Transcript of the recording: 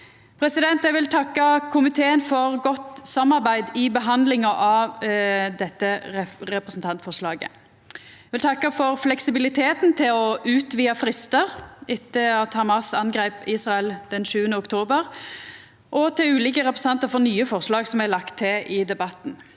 Eg vil takka komiteen for eit godt samarbeid i behandlinga av dette representantforslaget. Eg vil takka for fleksibiliteten til å utvida fristar etter at Hamas angreip Israel den 7. oktober, og ulike representantar for nye forslag som er lagde til i debatten.